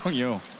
you.